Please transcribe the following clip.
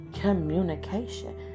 communication